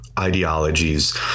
Ideologies